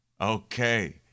okay